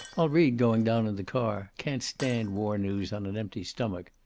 i'll read going down in the car. can't stand war news on an empty stomach.